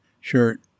shirt